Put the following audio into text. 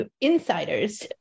insiders